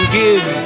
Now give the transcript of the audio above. give